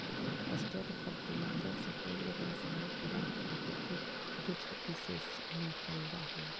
straight fertiliser से कोई एक रसायनिक पदार्थ के आपूर्ति वृक्षविशेष में कैइल जा हई